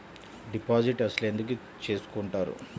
Deposit అసలు ఎందుకు చేసుకుంటారు?